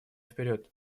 вперед